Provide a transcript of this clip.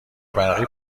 برقی